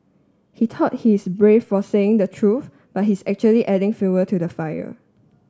he thought he's brave for saying the truth but he's actually adding fuel to the fire